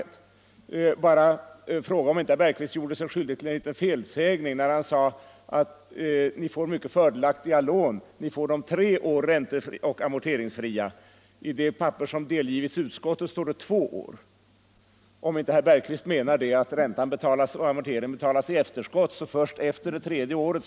Jag vill bara fråga om inte herr Bergqvist gjorde sig skyldig till en liten felsägning, när han anförde att vi får mycket fördelaktiga lån, som skall vara ränteoch amorteringsfria i tre år. I det papper som har delgivits utskottet står det två år. Kanske herr Bergqvist menar att räntan och amorteringen betalas i efterskott, först efter det tredje året.